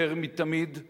יותר מתמיד,